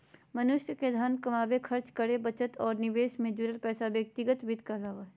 मनुष्य के धन कमावे, खर्च करे, बचत और निवेश से जुड़ल फैसला व्यक्तिगत वित्त कहला हय